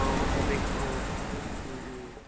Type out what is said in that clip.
অঁ চবেই অঁ